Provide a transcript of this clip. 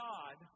God